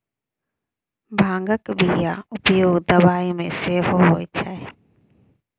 भांगक बियाक उपयोग दबाई मे सेहो होए छै